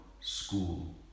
school